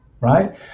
right